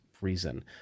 reason